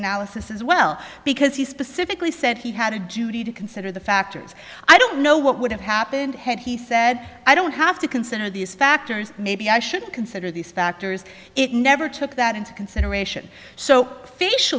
analysis as well because he specifically and he had a duty to consider the factors i don't know what would have happened had he said i don't have to consider these factors maybe i should consider these factors it never took that into consideration so f